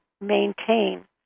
maintain